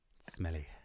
Smelly